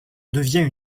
devient